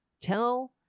tell